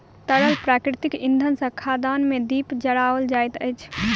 तरल प्राकृतिक इंधन सॅ खदान मे दीप जराओल जाइत अछि